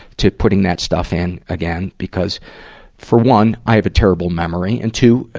to putting that stuff in again, because for one, i have a terrible memory, and two,